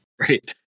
right